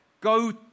go